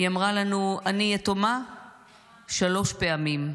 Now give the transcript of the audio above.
היא אמרה לנו: אני יתומה שלוש פעמים.